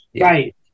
Right